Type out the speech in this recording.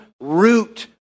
root